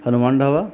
Hanuman dhaba